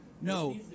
no